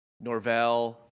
Norvell